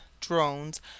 drones